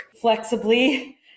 flexibly